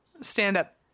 stand-up